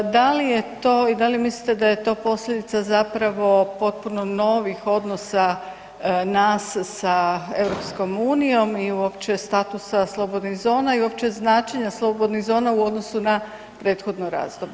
Da li je to i da li mislite da je to posljedica zapravo potpuno novih odnosa nas sa EU-om i uopće statusa slobodnih zona i uopće značenja slobodnih zona u odnosu na prethodno razdoblje?